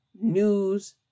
news